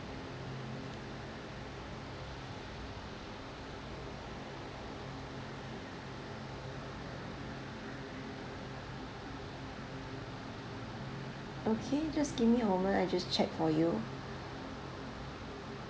okay just give me a moment I'll just check for you